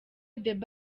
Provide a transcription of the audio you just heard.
debby